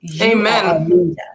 Amen